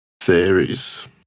theories